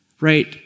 right